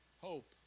hope